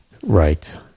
Right